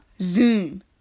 Zoom